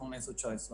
2018 ו-2019.